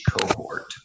cohort